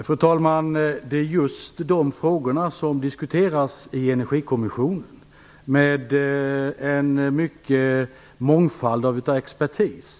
Fru talman! Det är just de frågorna som diskuteras i Energikommissionen med en mångfald av expertis.